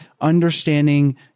understanding